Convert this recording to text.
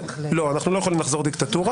לא, אנחנו לא יכולים לחזור דיקטטורה.